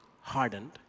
hardened